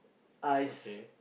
I s~